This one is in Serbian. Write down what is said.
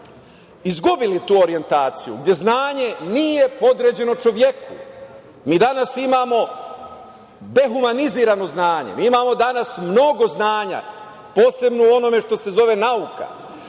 izgubili tu orijentaciju, gde znanje nije podređeno čoveku. Mi danas imamo dehumanizirano znanje. Mi danas imamo mnogo znanja, posebno u onome što se zove nauka,